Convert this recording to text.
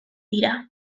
dira